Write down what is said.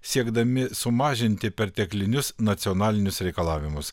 siekdami sumažinti perteklinius nacionalinius reikalavimus